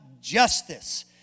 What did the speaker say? justice